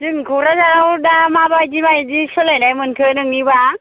जोंनि क'क्राझाराव दा माबादि माबादि सोलायनाय मोनखो नोंनिबा